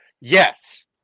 yes